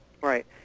right